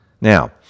Now